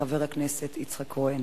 חבר הכנסת יצחק כהן.